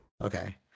Okay